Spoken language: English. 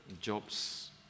Job's